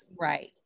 Right